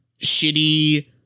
shitty